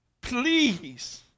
please